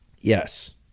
Yes